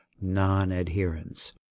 non-adherence